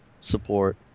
support